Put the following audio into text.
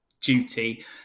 duty